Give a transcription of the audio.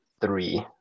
three